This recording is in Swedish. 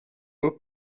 med